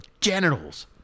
genitals